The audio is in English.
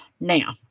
Now